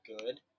good